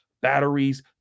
Batteries